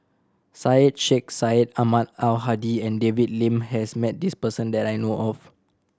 Syed Sheikh Syed Ahmad Al Hadi and David Lim has met this person that I know of